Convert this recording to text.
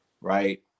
right